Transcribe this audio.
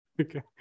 Okay